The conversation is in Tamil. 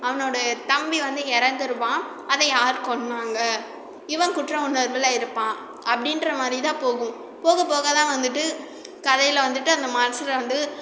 அவனோடைய தம்பி வந்து இறந்துருவான் அதை யார் கொன்றாங்க இவன் குற்ற உணர்வில் இருப்பான் அப்படின்ற மாதிரி தான் போகும் போகப் போக தான் வந்துவிட்டு கதையில வந்துவிட்டு அந்த மான்ஸ்டரை வந்து